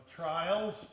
trials